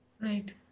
Right